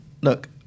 look